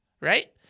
Right